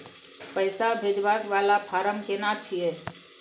पैसा भेजबाक वाला फारम केना छिए?